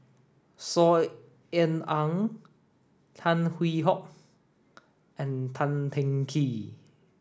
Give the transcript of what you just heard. Saw Ean Ang Tan Hwee Hock and Tan Teng Kee